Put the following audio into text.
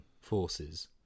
forces